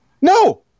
No